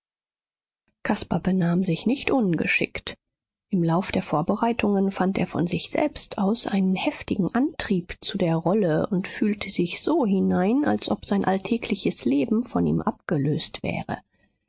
caspar benahm sich nicht ungeschickt im lauf der vorbereitungen fand er von sich selbst aus einen heftigen antrieb zu der rolle und fühlte sich so hinein als ob sein alltägliches leben von ihm abgelöst wäre